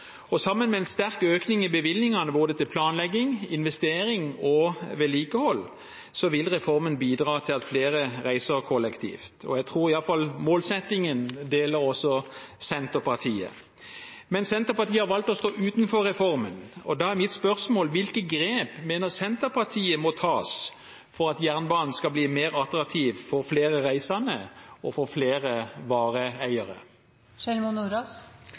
Sammen med en sterk økning i bevilgningene til både planlegging, investering og vedlikehold vil reformen bidra til at flere reiser kollektivt, og jeg tror at Senterpartiet iallfall deler målsettingen. Men Senterpartiet har valgt å stå utenfor reformen, og da er mitt spørsmål: Hvilke grep mener Senterpartiet må tas for at jernbanen skal bli mer attraktiv for flere reisende og for flere